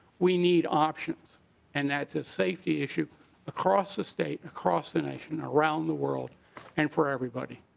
we need options and that's a safety issue across the state across the nation around the world and for everybody.